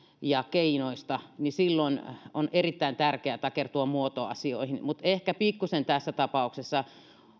ja keinoista on erittäin tärkeää takertua muotoasioihin mutta ehkä pikkuisen tässä tapauksessa